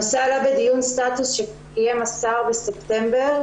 הנושא עלה בדיון סטטוס שקיים השר בספטמבר.